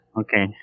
Okay